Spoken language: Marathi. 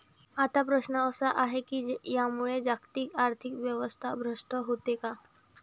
आता प्रश्न असा आहे की यामुळे जागतिक आर्थिक व्यवस्था भ्रष्ट होते का?